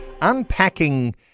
Unpacking